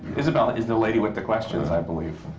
isabelle is the lady with the questions, i believe.